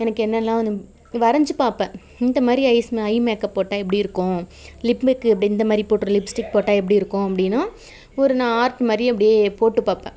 எனக்கு என்னெலாம் வந்து வரைஞ்சி பார்ப்பேன் இந்த மாதிரி ஐஸ் ஐ மேக்கப் போட்டால் எப்படி இருக்கும் லிப்புக்கு இப்படி இந்த மாதிரி போட்டு லிப்ஸ்டிக் போட்டால் எப்படிருக்கும் அப்படின்னா ஒரு நான் ஆர்ட் மாதிரி அப்படியே போட்டு பார்ப்பேன்